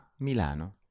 Milano